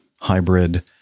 hybrid